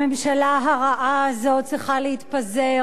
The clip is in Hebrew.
הממשלה הרעה הזאת צריכה להתפזר.